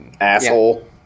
asshole